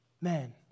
Men